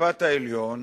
בית-המשפט העליון